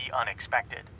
unexpected